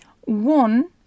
one